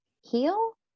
heal